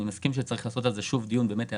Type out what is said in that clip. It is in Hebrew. זה לא